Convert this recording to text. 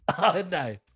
no